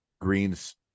greens